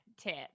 tip